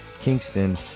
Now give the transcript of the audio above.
Kingston